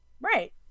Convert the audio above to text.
right